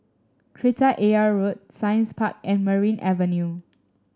Kreta Ayer Road Science Park and Merryn Avenue